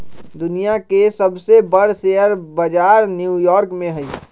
दुनिया के सबसे बर शेयर बजार न्यू यॉर्क में हई